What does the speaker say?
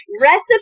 recipe